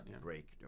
break